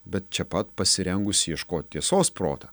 bet čia pat pasirengusį ieškot tiesos protą